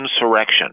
insurrection